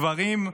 גברים,